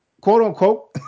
quote-unquote